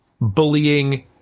bullying